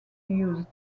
used